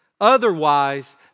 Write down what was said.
Otherwise